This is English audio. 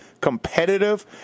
competitive